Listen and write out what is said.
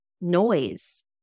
noise